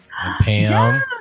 Pam